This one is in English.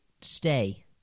stay